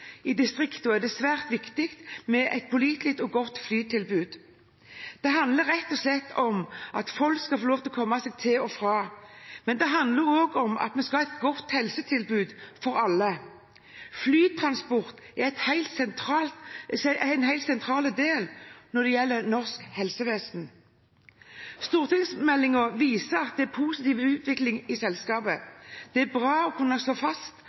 i distriktene er det svært viktig med et pålitelig og godt flytilbud. Det handler rett og slett om at folk skal komme seg til og fra, men det handler også om at vi skal ha et godt helsetilbud for alle. Flytransport er en helt sentral del i det norske helsevesenet. Stortingsmeldingen viser at det er en positiv utvikling i selskapet. Det er bra å kunne slå fast